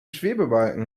schwebebalken